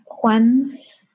Juan's